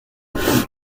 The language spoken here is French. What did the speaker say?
coupe